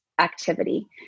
activity